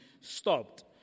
stopped